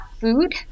food